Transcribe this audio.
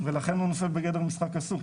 ולכן הוא נושא בגדר משחק אסור.